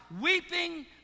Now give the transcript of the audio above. weeping